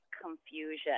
confusion